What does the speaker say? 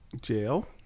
jail